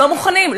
לא מוכנים,